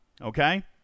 Okay